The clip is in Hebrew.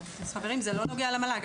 חברים, זה לא נוגע למל"ג.